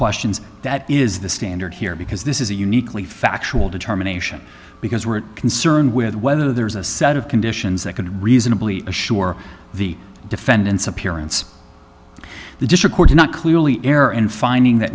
questions that is the standard here because this is a uniquely factual determination because we're concerned with whether there is a set of conditions that could reasonably assure the defendants appearance the district court not clearly error in finding that